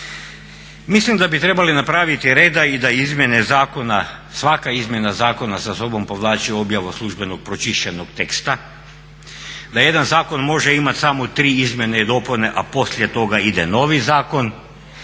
Mislim da bi trebali napraviti reda i da izmjene zakona, svaka izmjena zakona sa sobom povlači objavu službenog pročišćenog teksta, da jedan zakon može imat samo tri izmjene i dopune, a poslije toga ide novi zakon